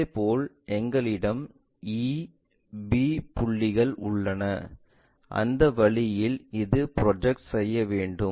இதேபோல் எங்களிடம் e b புள்ளிகள் உள்ளன அந்த வழியில் இது ப்ரொஜெக்ட் செய்ய வேண்டும்